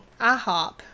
IHOP